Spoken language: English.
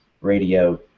radio